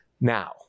Now